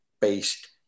based